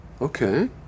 Okay